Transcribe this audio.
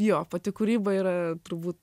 jo pati kūryba yra turbūt